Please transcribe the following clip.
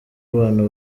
abantu